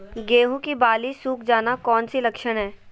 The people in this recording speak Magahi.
गेंहू की बाली सुख जाना कौन सी लक्षण है?